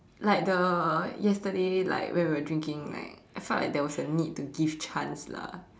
like the yesterday like when we were drinking right I felt like there was a need to give chance lah